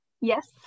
Yes